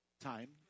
time